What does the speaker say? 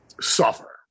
Suffer